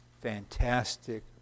fantastic